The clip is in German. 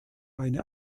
eine